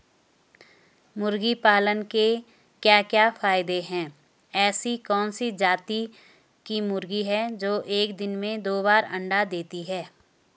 मुर्गी पालन के क्या क्या फायदे हैं ऐसी कौन सी जाती की मुर्गी है जो एक दिन में दो बार अंडा देती है?